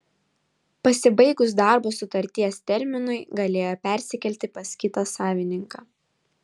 pasibaigus darbo sutarties terminui galėjo persikelti pas kitą savininką